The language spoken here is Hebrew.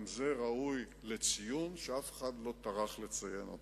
גם זה ראוי לציון, שאף אחד לא טרח לציין אותו.